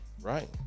right